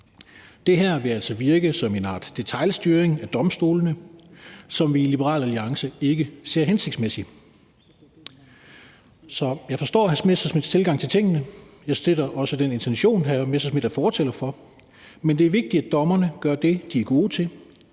Det her vil altså virke som en art detailstyring af domstolene, som vi i Liberal Alliance ikke ser som hensigtsmæssig. Så jeg forstår hr. Morten Messerschmidts tilgang til tingene, og jeg støtter også den intention, hr. Morten Messerschmidt er fortaler for, men det er vigtigt, at dommerne gør det, de er gode til,